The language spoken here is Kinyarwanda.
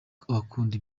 abakunda